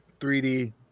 3D